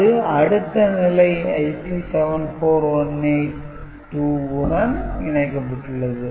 இது அடுத்த நிலை IC 74182 உடன் இணைக்கப்பட்டுள்ளது